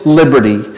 liberty